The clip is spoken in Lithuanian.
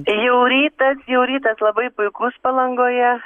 jau rytas jau rytas labai puikus palangoje